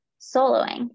soloing